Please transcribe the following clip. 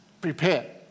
prepare